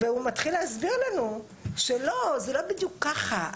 והוא מתחיל להסביר לנו ש"לא, זה לא בדיוק ככה.